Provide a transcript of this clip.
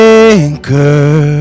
anchor